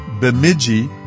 Bemidji